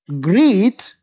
greed